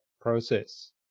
process